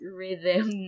rhythm